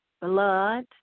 blood